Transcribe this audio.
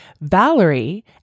Valerie